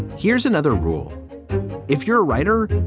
here's another rule if you're a writer.